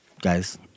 guys